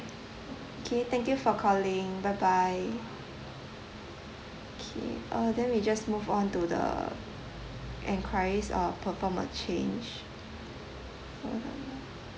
okay thank you for calling bye bye okay uh then we just move on to the enquires or perform a change hold on ah